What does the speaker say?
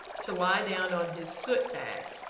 to lie down on his soot-bag,